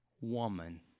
woman